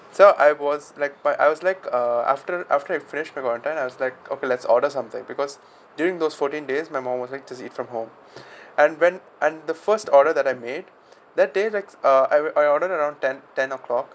so I was like but I was like uh after after you finished the quarantine I was like okay let's order something because during those fourteen days my mom was like to eat from home and when and the first order that I made that day I uh I I ordered around ten ten o'clock